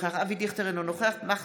אינו נוכח אבי דיכטר,